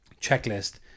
checklist